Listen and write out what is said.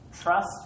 Trust